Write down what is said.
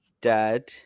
dad